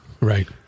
right